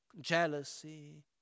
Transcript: jealousy